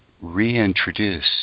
reintroduce